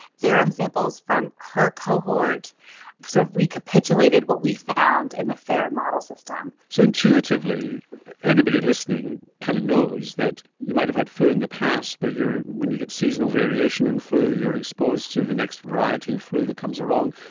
serum samples from her cohort sort of recapitulated what we found in the ferret model system. so intuitively anybody listening kind of knows that you might have had flu in the past but when you get seasonal variation in flu you're exposed to the next variety of flu that comes along,